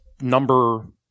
number